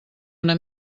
una